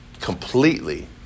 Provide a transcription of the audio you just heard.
completely